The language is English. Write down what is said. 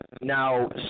Now